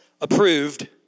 approved